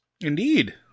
Indeed